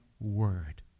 word